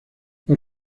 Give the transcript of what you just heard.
los